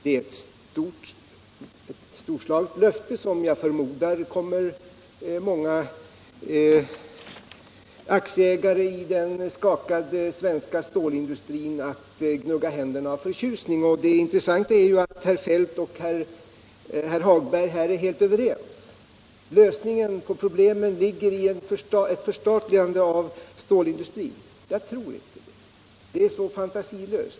Det är ett storslaget löfte som jag förmodar kommer många aktieägare i den skakade svenska stålindustrin att gnugga händerna av förtjusning. Nr 43 Det intressanta är ju-att herr Feldt och herr Hagberg i Borlänge här Fredagen den är helt överens: lösningen på problemet ligger i ett förstatligande av stål 10 december 1976 industrin. Jag tror inte det. Det är så fantasilöst.